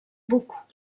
beaucoup